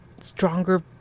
stronger